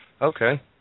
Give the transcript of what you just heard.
Okay